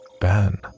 Ben